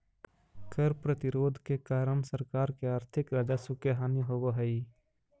कर प्रतिरोध के कारण सरकार के आर्थिक राजस्व के हानि होवऽ हई